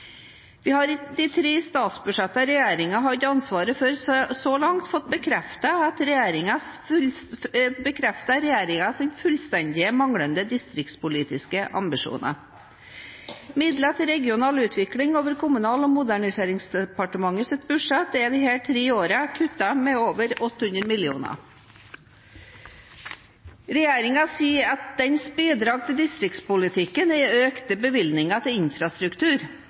Vi har i de tre statsbudsjettene regjeringen har hatt ansvar for så langt, fått bekreftet regjeringens fullstendig manglende distriktspolitiske ambisjoner. Midler til regional utvikling over Kommunal- og moderniseringsdepartementets budsjett er disse tre årene kuttet med over 800 mill. kr. Regjeringen sier at dens bidrag til distriktspolitikken er økte bevilgninger til infrastruktur.